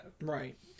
Right